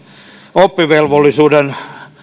oppivelvollisuuden